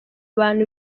abantu